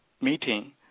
meeting